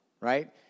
right